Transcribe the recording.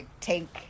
tank